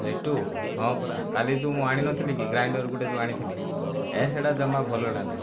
ଲିଟୁ ହଁ ପରା କାଲି ଯେଉଁ ମୁଁ ଆଣି ନଥିଲିକି ଗ୍ରାଇଣ୍ଡର ଗୋଟିଏ ଯେଉଁ ଆଣିଥିଲି ଏ ସେଇଟା ଯମା ଭଲଟା ନାହିଁ